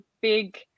big